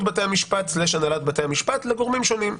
בתי המשפט/הנהלת בתי המשפט לגורמים שונים,